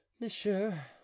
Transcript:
monsieur